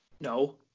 No